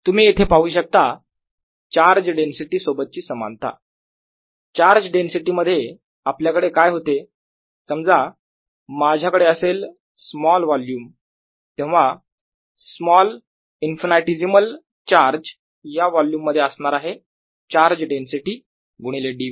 तुम्ही इथे पाहू शकता चार्ज डेन्सिटी सोबतची समानता चार्ज डेन्सिटी मध्ये आपल्याकडे काय होते समजा माझ्याकडे असेल स्मॉल वोल्युम तेव्हा स्मॉल इन्फायनिटिझिमल चार्ज या वोल्युम मध्ये असणार आहे चार्ज डेन्सिटी गुणिले dv